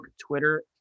Twitter